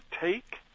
take